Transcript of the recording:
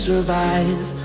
survive